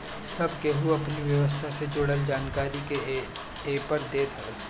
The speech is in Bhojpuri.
सब केहू अपनी व्यवसाय से जुड़ल जानकारी के एपर देत हवे